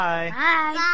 Bye